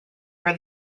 for